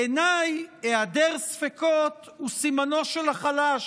בעיניי, היעדר ספקות הוא סימנו של החלש,